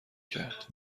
کرد